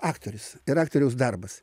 aktorius ir aktoriaus darbas